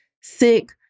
sick